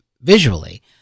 Visually